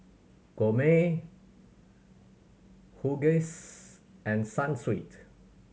Gourmet Huggies and Sunsweet